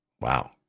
Wow